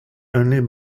only